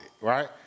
right